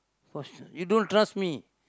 for you don't trust me